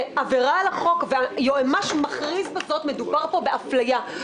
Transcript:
זה עבירה על החוק והיועמ"ש מכריז בזאת: מדובר פה באפליה.